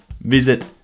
visit